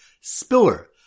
spiller